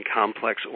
complex